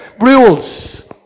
rules